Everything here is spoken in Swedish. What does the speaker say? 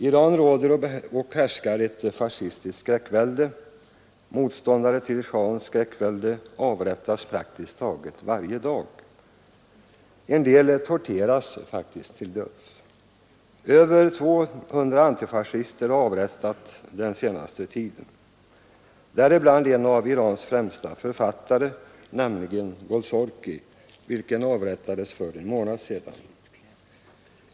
I Iran råder och härskar ett fascistiskt skräckvälde. Motståndare till schahens skräckvälde avrättas praktiskt taget varje dag. En del torteras faktiskt till döds. Över 200 antifascister har avrättats under den senaste tiden, däribland en av Irans främsta författare, nämligen Golsorkki, vilken avrättades för en månad sedan.